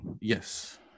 Yes